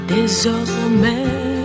Désormais